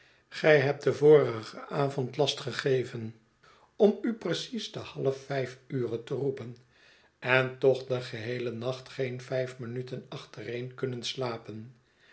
gij hebt den vorigen avond last gegeven om u precies ten half vijf ure te roepen en toch den geheelen nacht geen vijf minuten achtereen kunnen slapen